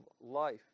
life